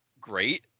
great